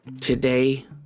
Today